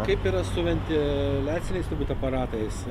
kaip yra su ventiliaciniais turbūt aparatais